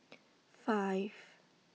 five